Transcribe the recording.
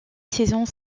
saison